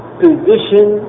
position